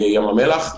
ים המלח,